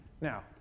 Now